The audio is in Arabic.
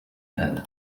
هذا